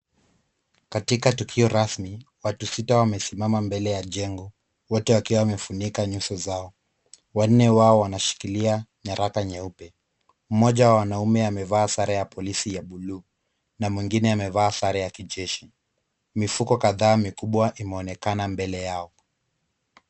Katika tukio rasmi watu sita wamesimama katika eneo la jengo, wote wakiwa wamefunika nyuso zao, wanne wao wanashikilia nyaraka nyeupe, mmoja wa wanaume amevaa sare ya polisi ya bluu na mwingine amevaa sare ya kijeshi, mifuko kadha mikubwa imeonekana mbele yao.